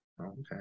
Okay